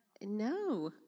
no